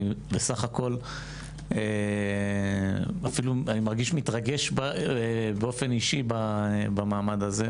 אני בסך הכול אפילו מרגיש מתרגש באופן אישי במעמד הזה,